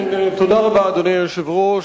תודה רבה, אדוני היושב-ראש.